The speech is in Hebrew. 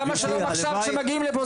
למה שלום עכשיו שמגיעים לפה,